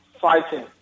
fighting